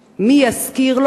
מי ישכיר לו?